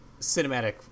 cinematic